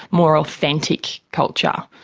more authentic culture.